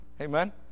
Amen